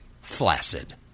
Flaccid